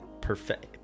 Perfect